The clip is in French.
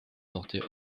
porter